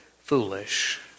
foolish